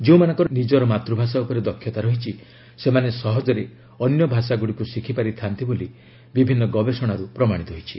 ଯେଉଁମାନଙ୍କର ନିଜର ମାତୃଭାଷା ଉପରେ ଦକ୍ଷତା ରହିଛି ସେମାନେ ସହଜରେ ଅନ୍ୟ ଭାଷାଗୁଡ଼ିକୁ ଶିଖିପାରି ଥାନ୍ତି ବୋଲି ବିଭିନ୍ନ ଗବେଷଣାରୁ ପ୍ରମାଣିତ ହୋଇଛି